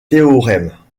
théorèmes